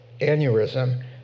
aneurysm